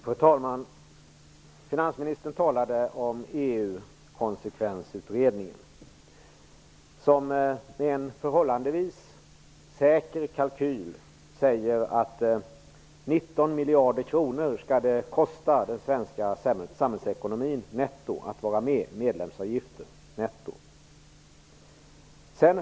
Fru talman! Finansministern talade om EU konsekvensutredningen. Där sägs det i en förhållandevis säker kalkyl att det skall kosta den svenska samhällsekonomin 19 miljarder kronor netto att vara medlem.